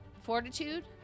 fortitude